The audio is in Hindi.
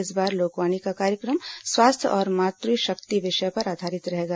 इस बार लोकवाणी का कार्यक्रम स्वास्थ्य और मातृ शक्ति विषय पर आधारित रहेगा